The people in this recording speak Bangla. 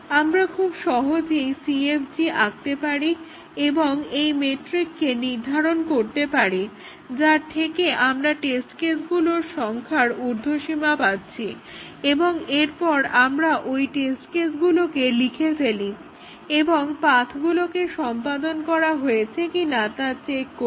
আমরা খুব সহজেই CFG আঁকতে পারি এবং McCabe's মেট্রিক নির্ধারণ করতে পারি যার থেকে আমরা টেস্ট কেসগুলোর সংখ্যার উর্ধ্বসীমা পাচ্ছি এবং এরপর আমরা ওই টেস্ট কেসগুলোকে লিখে ফেলি এবং পাথগুলোকে সম্পাদন করা হয়েছে কিনা তা চেক করি